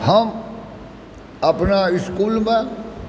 हम अपना इसकुलमे